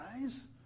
guys